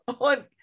on